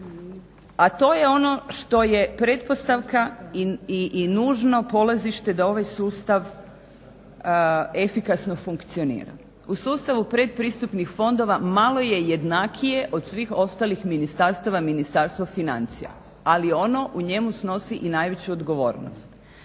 a to je ono što je pretpostavka i nužno polazište da ovaj sustav efikasno funkcionira. U sustavu pretpristupnih fondova malo je jednakije od svih ostalih ministarstava, Ministarstvo financija, ali ono u njemu snosi i najveću odgovornost.